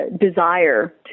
desire